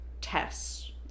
tests